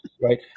Right